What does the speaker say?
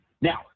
Now